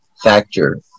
factor